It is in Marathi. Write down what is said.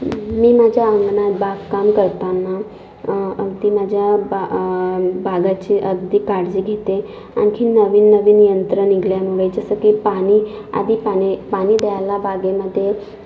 मी माझ्या अंगणात बागकाम करताना अगदी माझ्या बा बागाची अगदी काळजी घेते आणखी नवीन नवीन यंत्र निघाल्यामुळे जसं की पाणी आधी पाणी पाणी द्यायला बागेमध्ये